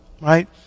Right